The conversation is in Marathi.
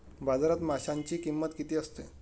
बाजारात माशांची किंमत किती असते?